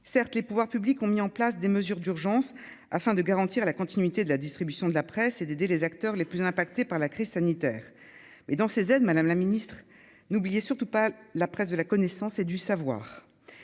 certes, les pouvoirs publics ont mis en place des mesures d'urgence afin de garantir la continuité de la distribution de la presse et d'aider les acteurs les plus impactés par la crise sanitaire, mais dans ces aides, Madame la Ministre, n'oubliez surtout pas la presse de la connaissance et du savoir,